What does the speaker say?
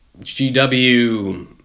GW